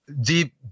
deep